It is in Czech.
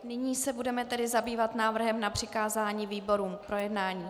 Nyní se budeme tedy zabývat návrhem na přikázání výborům k projednání.